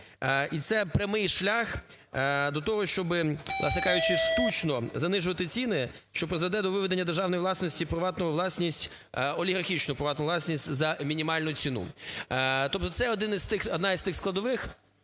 І це прямий шлях до того, щоб, власне кажучи, штучно занижувати ціни, що призведе до виведення державної власності у приватну власність, в олігархічну приватну власність за мінімальну ціну. Тобто це одна із тих складових,